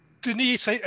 Denise